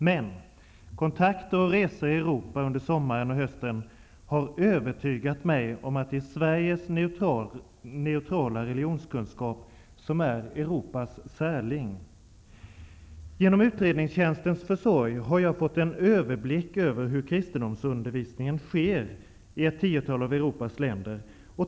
Men kontakter och resor i Europa under sommaren och hösten har övertygat mig om att det är Sveriges neutrala religionskunskap som är Europas särling. Genom utredningstjänstens försorg har jag fått en överblick över hur kristendomsundervisningen sker i ett tiotal av Europas länder.